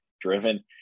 driven